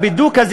הבידוק הזה,